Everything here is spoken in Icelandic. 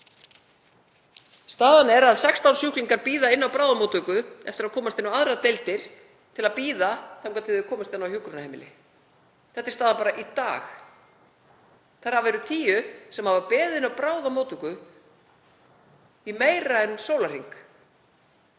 Staðan er sú að 16 sjúklingar bíða inn á bráðamóttöku eftir að komast inn á aðrar deildir til að bíða þangað til þeir komast inn á hjúkrunarheimili. Það er staðan í dag. Þar af eru tíu sem hafa beðið inni á bráðamóttöku í meira en sólarhring.